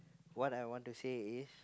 what I want to say is